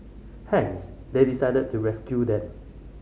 hence they decided to rescue them